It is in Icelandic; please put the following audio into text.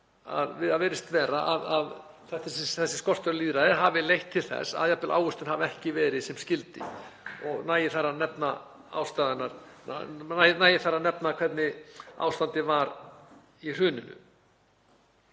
svo virðist vera að þessi skortur á lýðræði hafi leitt til þess að jafnvel ávöxtun hafi ekki verið sem skyldi og nægir þar að nefna hvernig ástandið var í hruninu.